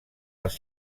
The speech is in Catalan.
les